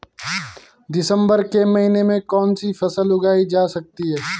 दिसम्बर के महीने में कौन सी फसल उगाई जा सकती है?